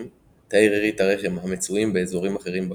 תאי רירית הרחם המצויים באזורים אחרים בגוף.